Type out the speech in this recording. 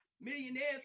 Millionaires